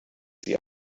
sie